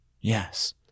Yes